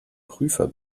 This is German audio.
prüfer